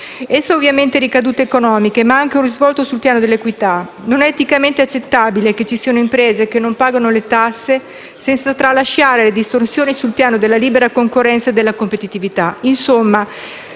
Essa ha ovviamente ricadute economiche, ma anche un risvolto sul piano dell'equità: non è eticamente accettabile che ci siano imprese che non pagano le tasse, senza tralasciare le distorsioni sul piano della libera concorrenza e della competitività.